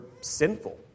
sinful